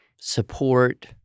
support